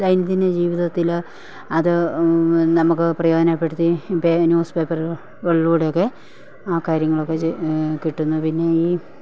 ദൈനംദിന ജീവിതത്തിൽ അത് നമുക്ക് പ്രയോജനപ്പെടുത്തി ന്യൂസ്പേപ്പറുകളിലൂടെ ഒക്കെ ആ കാര്യങ്ങളൊക്കെ കിട്ടുന്നു പിന്നെ ഈ